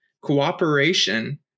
cooperation